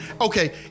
okay